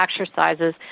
exercises